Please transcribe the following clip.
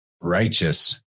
Righteous